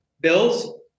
bills